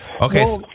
okay